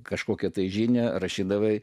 kažkokią žinią rašydavai